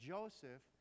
Joseph